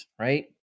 right